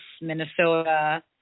Minnesota